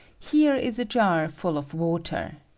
here is a jar full of water.